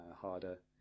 harder